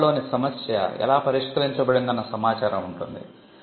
పూర్వ కళలోని సమస్య ఎలా పరిష్కరించబడిందో అన్న సమాచారం ఉంటుంది